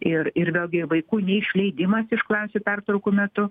ir ir vėlgi vaikų neišleidimas iš klasių pertraukų metu